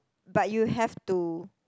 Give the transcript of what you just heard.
but you have to